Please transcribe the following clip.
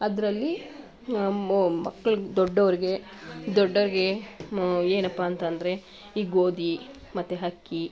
ಅದರಲ್ಲಿ ಮಕ್ಕಳು ದೊಡ್ಡೋರಿಗೆ ದೊಡ್ಡೋರಿಗೆ ಏನಪ್ಪ ಅಂತ ಅಂದ್ರೆ ಈ ಗೋಧಿ ಮತ್ತೆ ಹಕ್ಕಿ